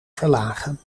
verlagen